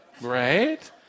Right